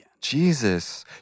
Jesus